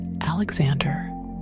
Alexander